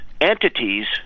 entities